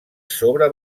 sobre